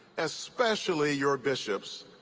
especially your bishops,